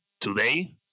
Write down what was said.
today